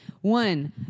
One